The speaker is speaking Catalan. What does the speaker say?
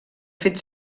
fet